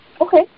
okay